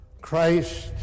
Christ